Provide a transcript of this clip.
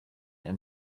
and